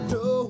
no